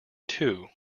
two